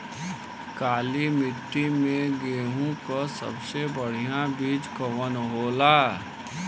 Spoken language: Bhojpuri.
काली मिट्टी में गेहूँक सबसे बढ़िया बीज कवन होला?